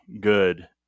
good